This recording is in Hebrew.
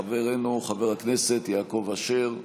חברנו חבר הכנסת יעקב אשר,